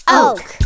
oak